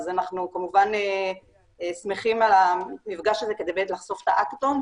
אז אנחנו כמובן שמחים על המפגש הזה כדי באמת לחשוף את ההקאתון,